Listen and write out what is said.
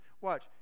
Watch